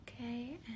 okay